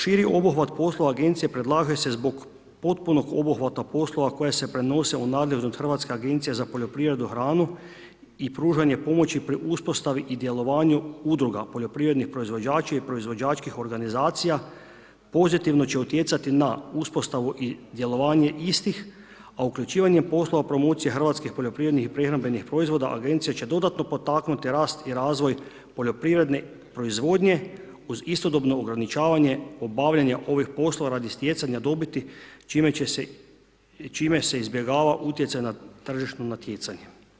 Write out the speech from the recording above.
Širi obuhvat poslova Agencije predlaže se zbog potpunog obuhvata poslova koje se prenose u nadležnost Hrvatske agencije za poljoprivredu i hranu i pružanje pomoći pri uspostavi i djelovanju udruga poljoprivrednih proizvođača i proizvođačkih organizacija pozitivno će utjecati na uspostavu i djelovanje istih, a uključivanjem poslova promocije hrvatskih poljoprivrednih i prehrambenih proizvoda Agencija će dodatno potaknuti rast i razvoj poljoprivredne proizvodnje uz istodobno ograničavanje obavljanja ovih poslova radi stjecanja dobiti čime se izbjegava utjecaj na tržišno natjecanje.